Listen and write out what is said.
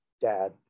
dad